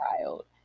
child